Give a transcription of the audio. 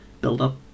build-up